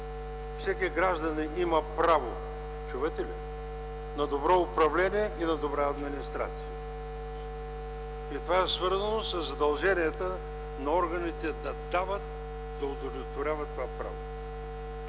Всеки гражданин има право – чувате ли? – на добро управление и на добра администрация? И това е свързано със задълженията на органите да дават, да удовлетворяват това право.